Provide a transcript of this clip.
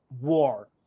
war